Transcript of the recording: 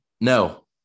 No